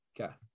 Okay